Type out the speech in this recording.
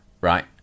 right